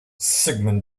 sigmund